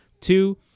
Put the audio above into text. Two